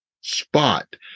spot